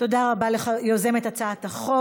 תודה רבה ליוזמת החוק